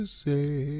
say